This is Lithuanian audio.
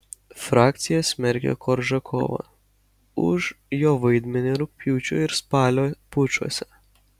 frakcija smerkia koržakovą už jo vaidmenį rugpjūčio ir spalio pučuose